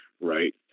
right